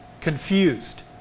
confused